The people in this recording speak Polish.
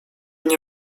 nie